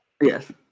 Yes